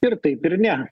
ir taip ir ne